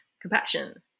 compassion